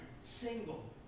single